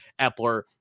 Epler